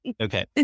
Okay